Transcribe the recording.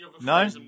No